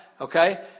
okay